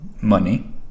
Money